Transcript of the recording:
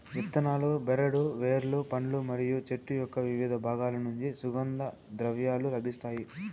ఇత్తనాలు, బెరడు, వేర్లు, పండ్లు మరియు చెట్టు యొక్కవివిధ బాగాల నుంచి సుగంధ ద్రవ్యాలు లభిస్తాయి